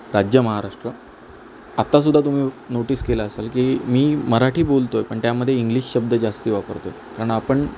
राज्य महाराष्ट्र आता सुद्धा तुम्ही नोटीस केला असाल की मी मराठी बोलतो आहे पण त्यामध्ये इंग्लिश शब्द जास्त वापरतो आहे कारण आपण